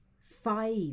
five